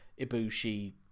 Ibushi